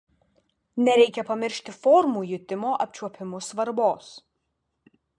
nereikia pamiršti formų jutimo apčiuopimu svarbos